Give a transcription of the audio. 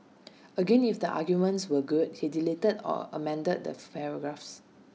again if the arguments were good he deleted or amended the paragraphs